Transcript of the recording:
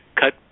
cut